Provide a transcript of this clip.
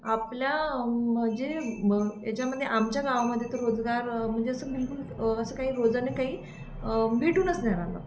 आपल्या म्हणजे म याच्यामध्ये आमच्या गावामध्ये तर रोजगार म्हणजे असं बिलकुल असं काही रोजने काही भेटूनच नाही राहिलं